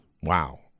wow